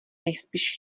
nejspíš